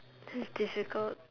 this is difficult